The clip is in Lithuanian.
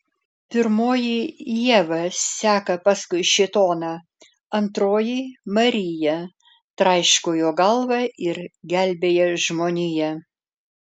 pirmoji ieva seka paskui šėtoną antroji marija traiško jo galvą ir gelbėja žmoniją